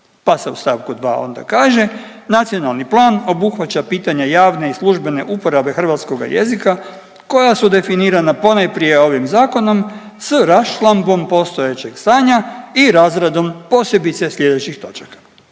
se u st. 2. onda kaže, Nacionalni plan obuhvaća pitanja javne i službene uporabe hrvatskoga jezika koja su definirana ponajprije ovim zakonom s raščlambom postojećeg stanja i razradom posebice slijedećih točaka.